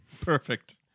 Perfect